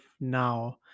Now